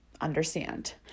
understand